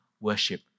worship